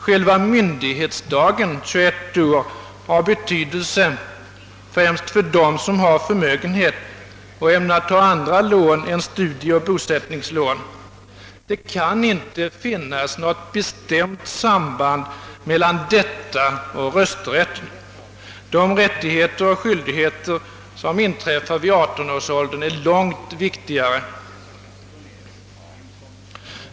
Själva myndighetsdagen har betydelse främst för dem som har förmögenhet eller ämnar söka andra lån än studieoch bosättningslån. Det kan inte finnas något bestämt samband mellan detta och rösträtten. De rättigheter och skyldigheter som inträffar vid 18-årsåldern är långt viktigare.